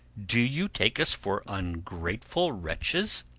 do you take us for ungrateful wretches?